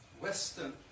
Western